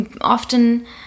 often